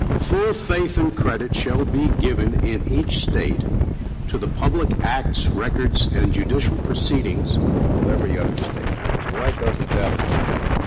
full faith and credit shall ah be given in each state to the public acts, records, and judicial proceedings of every other state. now, why doesn't that apply?